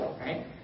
Right